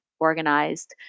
organized